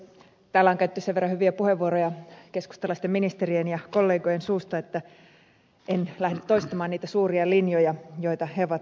täällä on käytetty sen verran hyviä puheenvuoroja keskustalaisten ministerien ja kollegojen suusta että en lähde toistamaan niitä suuria linjoja joita he ovat esiin tuoneet